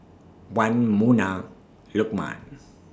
Wan Munah Lukman